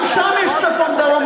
גם שם יש צפון דרום,